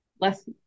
less